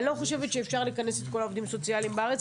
אני לא חושבת שאפשר לכנס את כל העובדים הסוציאליים בארץ,